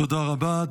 תודה רבה.